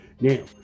Now